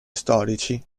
storici